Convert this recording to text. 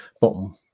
Bottom